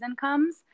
comes